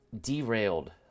derailed